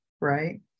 right